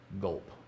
Gulp